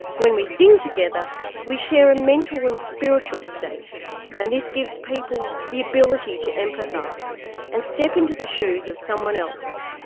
when we sing together we share a mental and spiritual state and this gives people the ability to empathise and step into the shoes of someone else.